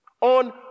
on